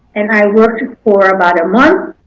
and i worked for about a month.